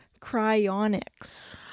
cryonics